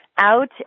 out